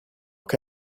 che